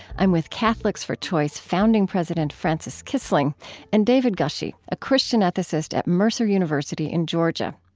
i'm with catholics for choice founding president frances kissling and david gushee, a christian ethicist at mercer university in georgia.